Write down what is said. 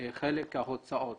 חלק מההוצאות